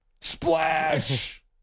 splash